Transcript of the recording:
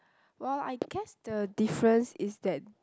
well I guess the difference is that